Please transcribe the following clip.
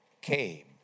came